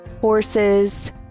horses